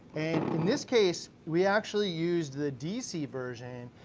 in this case, we actually use the dc version,